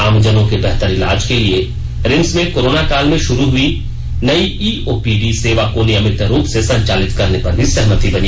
आम जनो के बेहतर इलाज के लिए रिम्स में कोरोना काल से शुरू हयी नयी ई ओपीडी सेवा को नियमित रूप से संचालित करने पर भी सहमति बनी